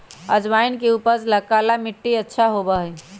अजवाइन के उपज ला काला मट्टी अच्छा होबा हई